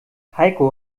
heiko